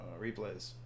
replays